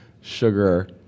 sugar